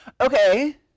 Okay